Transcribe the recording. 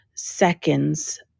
seconds